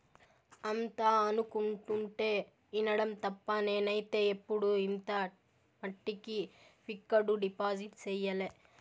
అంతా అనుకుంటుంటే ఇనడం తప్ప నేనైతే ఎప్పుడు ఇంత మట్టికి ఫిక్కడు డిపాజిట్ సెయ్యలే